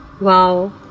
Wow